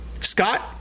Scott